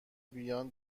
بیان